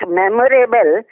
memorable